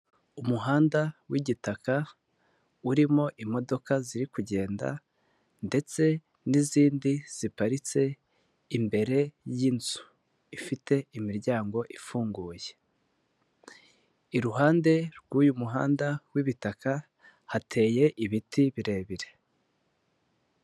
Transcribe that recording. Umuhanda w'igitaka urimo imodoka ziri kugenda ndetse n'izindi ziparitse imbere y'inzu ifite imiryango ifunguye, iruhande rw'uyu muhanda w'ibitaka hateye ibiti birebire.